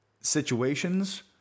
situations